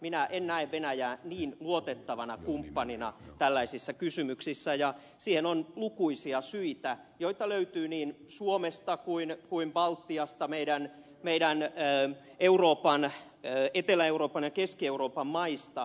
minä en näe venäjää niin luotettavana kumppanina tällaisissa kysymyksissä ja siihen on lukuisia syitä joita löytyy niin suomesta kuin baltiasta meidän meidän näyttää euroopan ja etelä euroopan ja keski euroopan maista